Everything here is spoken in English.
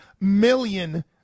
million